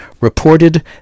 reported